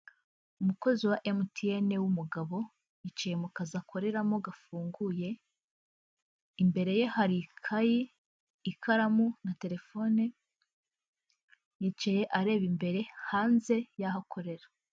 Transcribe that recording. Umukozi wa emutiyene w'umugabo yicayeye mu kazizu akoreramo gafunguye, imbere ye hari kayi, ikaramu na terefone yicaye areba imbere hanze y'aho akorera.